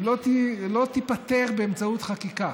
היא לא תיפתר באמצעות חקיקה.